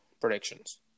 predictions